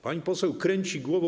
Pani poseł kręci głową.